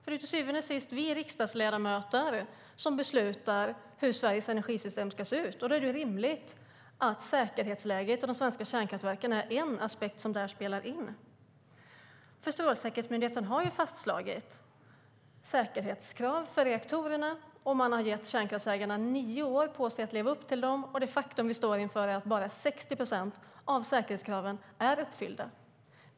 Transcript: Till syvende och sist är det vi riksdagsledamöter som beslutar hur Sveriges energisystem ska se ut, och då är det rimligt att säkerhetsläget vid de svenska kärnkraftverken är en aspekt som vägs in. Strålsäkerhetsmyndigheten har ju fastslagit säkerhetskrav för reaktorerna, och man har gett kärnkraftsägarna nio år på sig för att leva upp till dem. Det faktum vi står inför är att bara 60 procent av säkerhetskraven är uppfyllda.